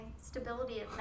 stability